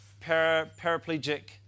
paraplegic